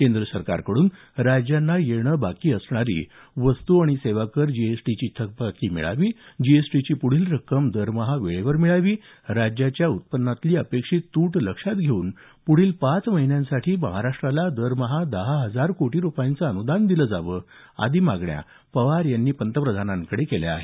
केंद्र सरकारकडून राज्यांना येणं बाकी असणारी वस्तू आणि सेवा कर जीएसटीची थकबाकी मिळावी जीएसटीची पुढील रक्कम दरमहा वेळेवर मिळावी राज्याच्या उत्पन्नातली अपेक्षित तूट लक्षात घेऊन पुढील पाच महिन्यांसाठी महाराष्ट्राला दरमहा दहा हजार कोटी रुपयांचं अनुदान दिलं जावं आदी मागण्या पवार यांनी पंतप्रधानांकडे केल्या आहेत